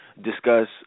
discuss